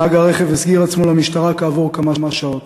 נהג הרכב הסגיר עצמו למשטרה כעבור כמה שעות.